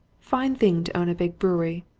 fine thing to own a big brewery.